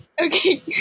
Okay